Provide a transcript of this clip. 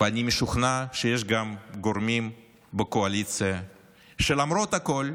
ואני משוכנע שיש גם גורמים בקואליציה שלמרות הכול,